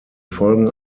folgen